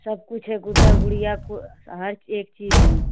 सब कुछ है गुड्डा गुड़िया को हर एक चीज है